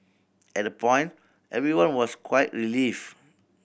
at that point everyone was quite relieved